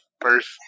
first